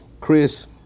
Chris